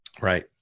Right